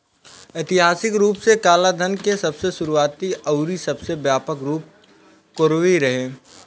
ऐतिहासिक रूप से कालाधान के सबसे शुरुआती अउरी सबसे व्यापक रूप कोरवी रहे